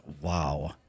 wow